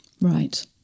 Right